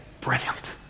brilliant